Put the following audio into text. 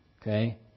Okay